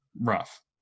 rough